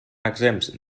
exempts